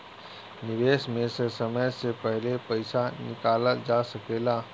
निवेश में से समय से पहले पईसा निकालल जा सेकला?